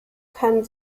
kann